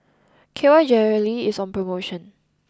K Y Jelly is on promotion